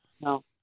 No